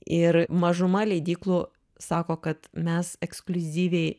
ir mažuma leidyklų sako kad mes ekskliuzyviai